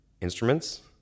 instruments